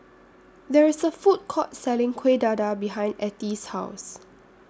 There IS A Food Court Selling Kuih Dadar behind Ethie's House